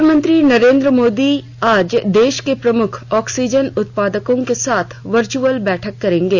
प्रधानमंत्री नरेन्द्र मोदी आज देश के प्रमुख ऑक्सीाजन उत्पादकों के साथ वर्चुअल बैठक करेंगे